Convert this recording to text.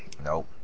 Nope